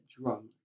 drunk